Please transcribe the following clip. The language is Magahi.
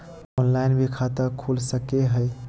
ऑनलाइन भी खाता खूल सके हय?